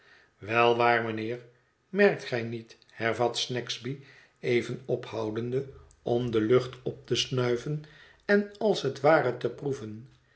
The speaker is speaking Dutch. wel waar mijnheer merkt gij niet hervat snagsby even ophoudende om de lucht op te snuiven en als het ware te proeven